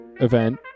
event